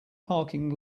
parking